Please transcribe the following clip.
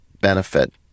benefit